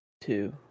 Two